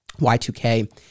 Y2K